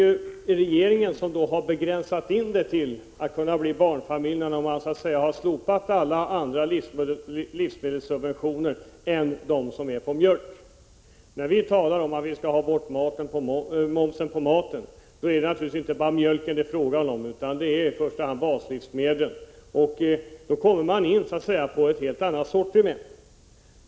Vad gäller barnfamiljernas förhållanden är det trots allt regeringen som har slopat alla andra livsmedelssubventioner än mjölksubventionerna. Vårt krav på slopande av momsen på maten gäller inte bara mjölken utan, i första hand, baslivsmedlen, dvs. ett mycket bredare sortiment.